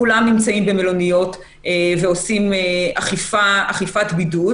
כולם נמצאים במלוניות ועושים אכיפת בידוד